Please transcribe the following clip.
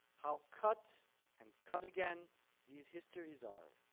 how cut and cut again these histories are.